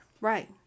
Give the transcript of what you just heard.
Right